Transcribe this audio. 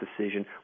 decision